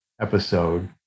episode